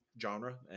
genre